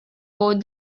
both